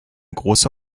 große